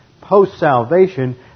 post-salvation